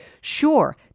Sure